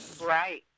Right